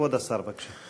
כבוד השר, בבקשה.